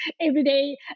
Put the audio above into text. everyday